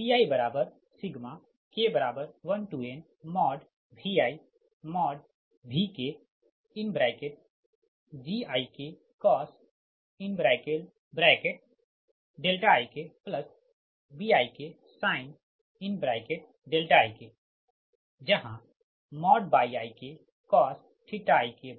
Pik1nViVkGikcos ik Biksin ik जहाँ Yikcos ik GikYiksin